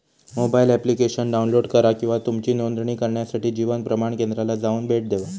mobile application download करा किंवा तुमची नोंदणी करण्यासाठी जीवन प्रमाण केंद्राला जाऊन भेट देवा